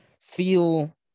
feel